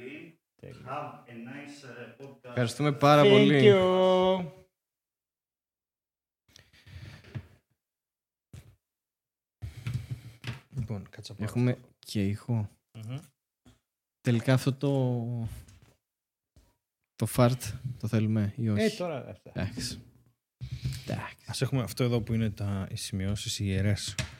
Τέλεια. Have a nice, ε, podcast. Ευχαριστούμε πάρα Thank you. πολύ. Λοιπόν, κάτσε να πάρω Έχουμε αυτό. και ήχο. Μμμ. Τελικά αυτό το- το fart το θέλουμε ή όχι; Ε, τώρα, αυτά. Εντάξει. Εντάξει. Ας έχουμε αυτό εδώ που είναι τα- οι σημειώσεις, οι ιερές.